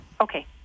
Okay